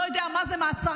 לא יודע מה זה מעצרים,